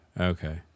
Okay